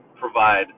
provide